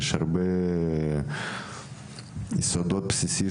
יש יסודות בסיסיים,